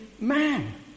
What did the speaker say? man